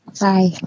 Bye